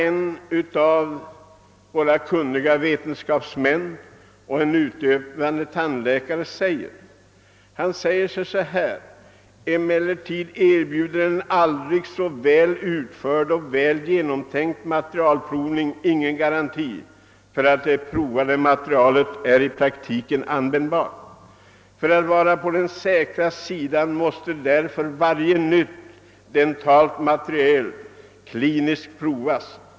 En av våra kunniga vetenskapsmän som samtidigt är utövande tandläkare har bla. yttrat följande: »Emellertid erbjuder en aldrig så väl utförd och väl genomtänkt materialprovning ingen garanti för att det provade materialet är i praktiken användbart. För att vara på den säkra sidan måste därför varje nytt dentalt material kliniskt provas.